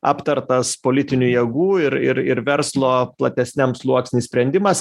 aptartas politinių jėgų ir ir ir verslo platesniam sluoksny sprendimas